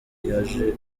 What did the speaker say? yaje